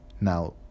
Now